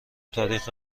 تاریخ